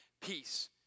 peace